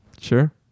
Sure